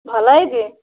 ଭଲ ହେଇଛି